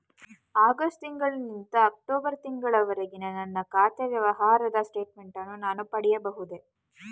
August ತಿಂಗಳು ನಿಂದ October ವರೆಗಿನ ನನ್ನ ಖಾತೆ ವ್ಯವಹಾರದ ಸ್ಟೇಟ್ಮೆಂಟನ್ನು ನಾನು ಪಡೆಯಬಹುದೇ?